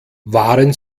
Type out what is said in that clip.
waren